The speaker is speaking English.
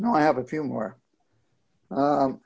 no i have a few more